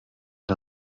der